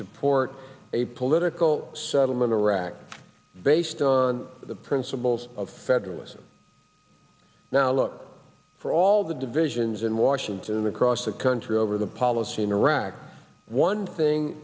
support a political settlement iraq based on the principles of federalism now look for all the divisions in washington across the country over the policy in iraq one thing